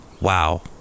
Wow